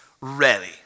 ready